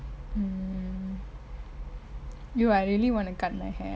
mm !aiyo! I really want to cut my hair